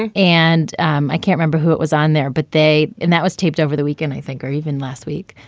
and and um i can't rember who it was on there. but they and that was taped over the weekend, i think, or even last week.